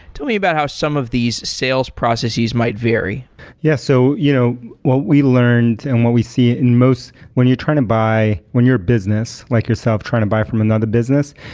tell me about how some of these sales processes might vary yes. so you know what we learned and what we see in most when you're trying to buy, when your business like yourself try to buy from another business,